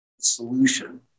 solution